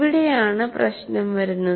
ഇവിടെയാണ് പ്രശ്നം വരുന്നത്